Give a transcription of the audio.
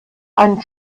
einen